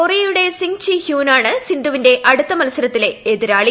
കൊറിയയുടെ സിങ്ങ്ചി ഹ്യൂനാണ് സിന്ധുവിന്റെ അടുത്ത മത്സരത്തിലെ എതിരാളി